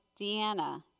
Deanna